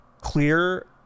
clear